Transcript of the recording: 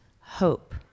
hope